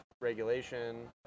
regulation